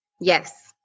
Yes